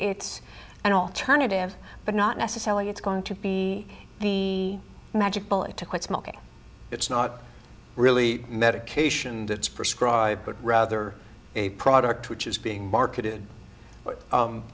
it's an alternative but not necessarily it's going to be the magic bullet to quit smoking it's not really medication that's prescribed but rather a product which is being marketed